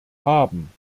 haben